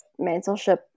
mentorship